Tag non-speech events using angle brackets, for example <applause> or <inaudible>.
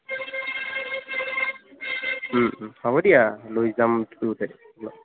ও ওম হ'ব দিয়া লৈ যাম <unintelligible>